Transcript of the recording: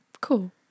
Cool